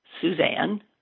Suzanne